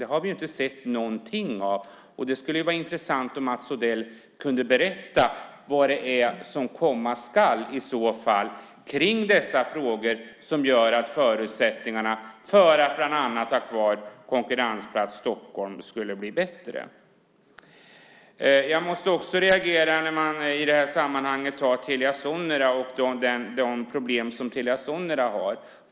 Det har vi inte sett någonting av. Det skulle vara intressant om Mats Odell kunde berätta vad det är som i så fall komma ska kring dessa frågor som gör att förutsättningarna för att bland annat ha kvar Finansplats Stockholm skulle bli bättre. Jag måste också reagera när man i det här sammanhanget nämner Telia Sonera och de problem som det har.